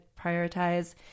prioritize